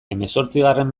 hemezortzigarren